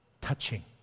Touching